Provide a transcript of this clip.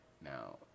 Now